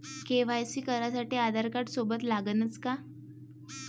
KYC करासाठी आधारकार्ड सोबत लागनच का?